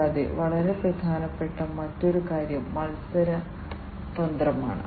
കൂടാതെ വളരെ പ്രധാനപ്പെട്ട മറ്റൊരു കാര്യം മത്സര തന്ത്രമാണ്